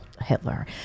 Hitler